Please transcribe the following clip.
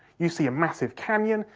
you see a massive canyon,